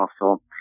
muscle